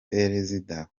perezida